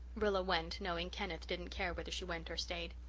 rilla went, knowing kenneth didn't care whether she went or stayed.